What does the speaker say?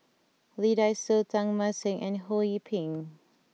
Lee Dai Soh Teng Mah Seng and Ho Yee Ping